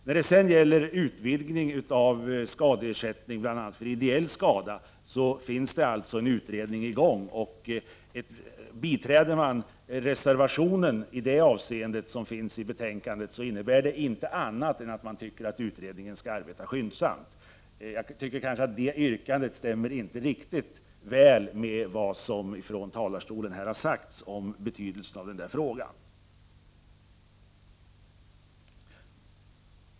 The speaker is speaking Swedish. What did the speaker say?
När det gäller utvidgningen av skadeersättningen bl.a. för ideell skada finns det en utredning som är i gång. Biträder man reservationen i det här avsnittet, innebär det inte annat än att man tycker att utredningen skall arbeta skyndsamt. Jag tycker kanske att yrkandet inte stämmer så väl med vad som har sagts här från talarstolen om betydelsen av frågan.